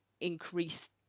increase